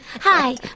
Hi